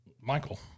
Michael